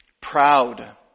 proud